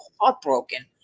heartbroken